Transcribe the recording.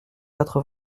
quatre